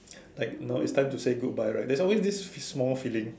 like no it's time to say goodbye right there's always this this small feeling